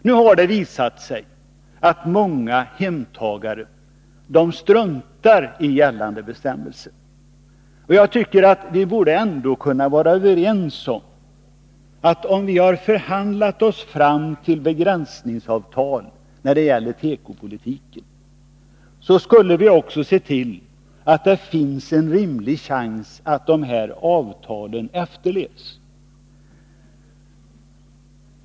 Nu har det visat sig att många hemtagare struntar i gällande bestämmelser. Vi borde ändå kunna vara överens om att har vi förhandlat oss fram till begränsningsavtal när det gäller tekoimporten skall det också finnas en rimlig chans att se till att avtalen efterlevs.